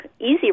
easy